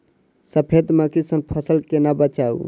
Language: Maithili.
सफेद मक्खी सँ फसल केना बचाऊ?